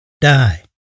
die